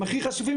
הם הכי חשופים,